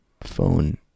Phone